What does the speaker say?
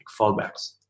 fallbacks